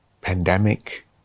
pandemic